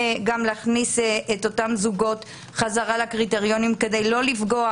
להכניס גם את אותם זוגות לקריטריונים כדי לא לפגוע